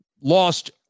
lost